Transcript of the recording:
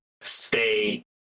stay